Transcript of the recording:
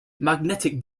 magnetic